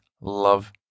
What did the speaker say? love